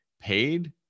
paid